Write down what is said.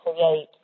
create